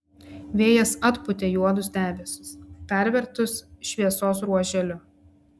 vėjas atpūtė juodus debesis pervertus šviesos ruoželiu